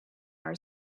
our